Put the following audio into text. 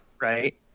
Right